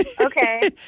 Okay